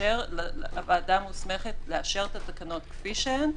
הוועדה מוסמכת לאשר את התקנות כפי שהן,